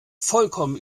vollkommen